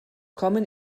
kommen